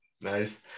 Nice